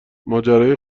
ماجرای